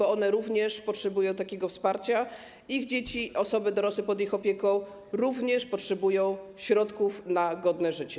One również potrzebują takiego wsparcia, ich dzieci, osoby dorosłe pod ich opieką również potrzebują środków na godne życie.